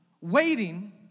Waiting